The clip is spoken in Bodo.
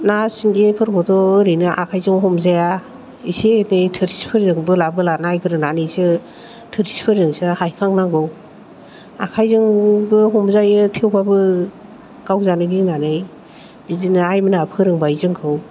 ना सिंगिफोरखौथ' ओरैनो आखायजों हमजाया एसे एदै थोरसिफोरजों बोला बोला नायग्रोनानैसो थोरसिफोरजोंसो हायखांनांगौ आखायजोंबो हमजायो थेवबाबो गावजानो गिनानै बिदिनो आइमोना फोरोंबाय जोंखौ